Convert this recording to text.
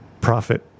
Profit